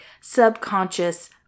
subconscious